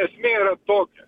esmė yra tokia